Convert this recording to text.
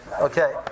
Okay